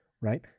Right